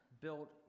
built